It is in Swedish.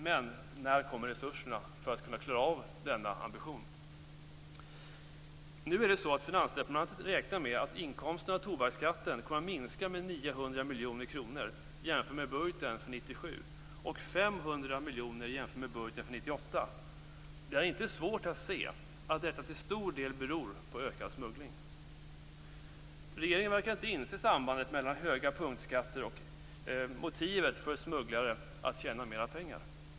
Men när kommer resurserna för att klara av denna ambition? Nu räknar Finansdepartementet med att inkomsterna av tobaksskatten kommer att minska med 900 miljoner kronor jämfört med budgeten för 1997 och med 500 miljoner jämfört med budgeten för 1998. Det är inte svårt att se att detta till stor del beror på ökad smuggling. Regeringen verkar inte inse sambandet mellan höga punktskatter och motivet för smugglare att tjäna mer pengar.